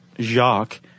Jacques